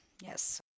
Yes